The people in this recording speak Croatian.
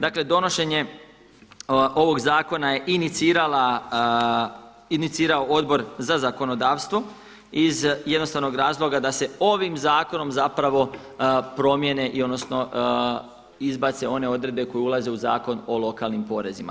Dakle, donošenje ovog zakona je inicirao Odbor za zakonodavstvo iz jednostavnog razloga da se ovim zakonom zapravo promijene i odnosno izbace one odredbe koje ulaze u Zakon o lokalnim porezima.